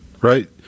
right